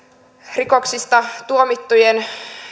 rikoksista tuomittujen